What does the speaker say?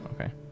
okay